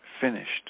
finished